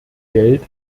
geld